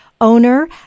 owner